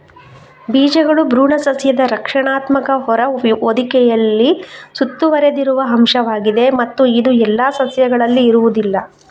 ಬೀಜಗಳು ಭ್ರೂಣ ಸಸ್ಯದ ರಕ್ಷಣಾತ್ಮಕ ಹೊರ ಹೊದಿಕೆಯಲ್ಲಿ ಸುತ್ತುವರೆದಿರುವ ಅಂಶವಾಗಿದೆ ಮತ್ತು ಇದು ಎಲ್ಲಾ ಸಸ್ಯಗಳಲ್ಲಿ ಇರುವುದಿಲ್ಲ